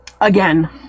Again